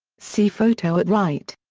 see photo at right.